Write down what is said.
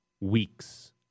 weeks